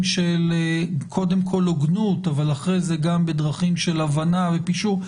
של קודם כל הוגנות אבל אחרי זה גם בדרכים של הבנה ופישור,